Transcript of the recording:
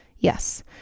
Yes